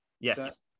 yes